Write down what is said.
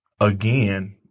again